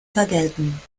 vergelten